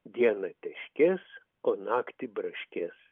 dieną teškės o naktį braškės